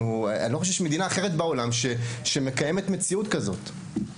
אני לא חושב שיש מדינה אחרת בעולם שמקיימת מציאות כזאת.